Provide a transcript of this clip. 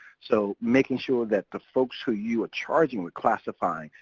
so making sure that the folks who you are charging with classifying,